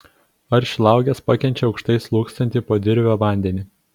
ar šilauogės pakenčia aukštai slūgsantį podirvio vandenį